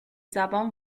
زبان